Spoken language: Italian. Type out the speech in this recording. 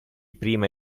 prima